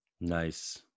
Nice